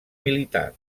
militar